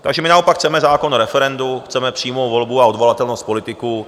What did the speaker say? Takže my naopak chceme zákon o referendu, chceme přímou volbu a odvolatelnost politiků.